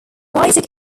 basic